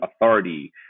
authority